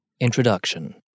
Introduction